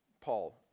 Paul